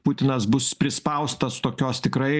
putinas bus prispaustas tokios tikrai